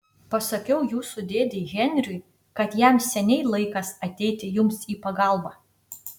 pasakiau jūsų dėdei henriui kad jam seniai laikas ateiti jums į pagalbą